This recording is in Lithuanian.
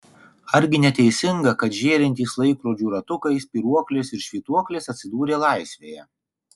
argi neteisinga kad žėrintys laikrodžių ratukai spyruoklės ir švytuoklės atsidūrė laisvėje